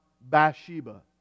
Bathsheba